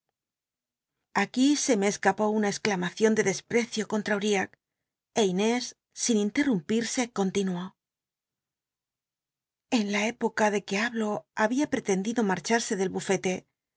aquí se me escapó una cxclama ion de desprecio contra l riah é inés sin interrumpirse continu ó en la época de que hablo había pretendido marcharse del bufete